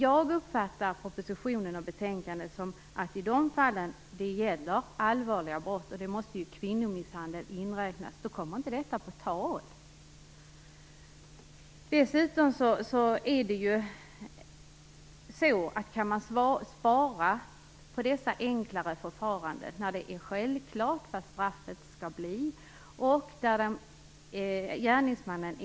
Jag uppfattar propositionen och betänkandet som att i fall av allvarliga brott - och dit måste ju kvinnomisshandel inräknas - kommer inte detta på tal. Om det är självklart vad straffet skall bli och gärningsmannen erkänner kan man spara genom dessa enklare förfaranden.